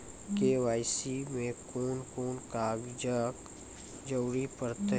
KYC मे कून कून कागजक जरूरत परतै?